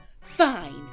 Fine